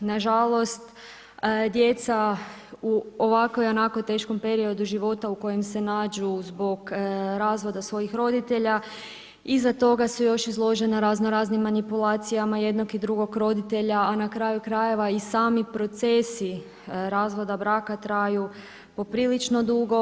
Nažalost, djeca u ovako i onako teškom periodu života u kojem se nađu zbog razvoda svojih roditelja, iza toga su još izložena razno-raznim manipulacijama jednog i drugog roditelja, a na kraju krajeva i sami procesi razvoda braka traju poprilično dugo.